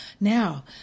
Now